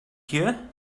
here